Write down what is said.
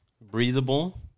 breathable